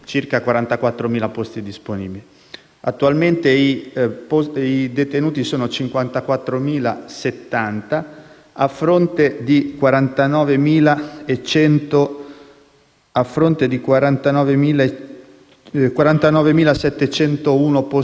Attualmente i detenuti sono circa 54.070, a fronte di 49.701 posti disponibili.